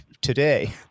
today